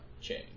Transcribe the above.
chain